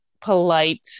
polite